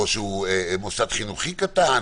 או שהוא מוסד חינוכי קטן,